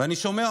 אני שומע,